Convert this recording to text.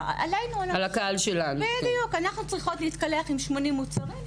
אנחנו צריכות להתקלח עם 80 מוצרים.